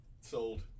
Sold